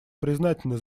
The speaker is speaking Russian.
признательна